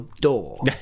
door